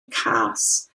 cas